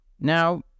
Now